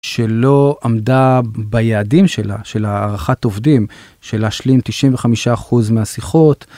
שלא עמדה ביעדים שלה, של הערכת עובדים של להשלים 95% מהשיחות.